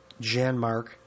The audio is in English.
Janmark